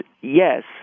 yes